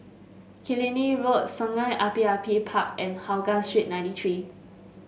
Killiney Road Sungei Api Api Park and Hougang Street ninety three